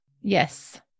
Yes